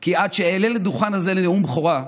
כי עד שאעלה לדוכן הזה לנאום בכורה,